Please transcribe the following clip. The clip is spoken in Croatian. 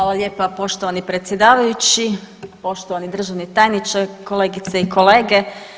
Hvala lijepa poštovani predsjedavajući, poštovani državni tajniče, kolegice i kolege.